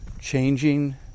changing